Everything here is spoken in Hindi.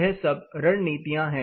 यह सब रणनीतियां है